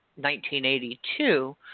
1982